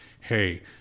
hey